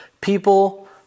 people